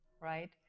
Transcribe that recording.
right